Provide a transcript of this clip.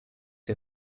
you